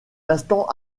instant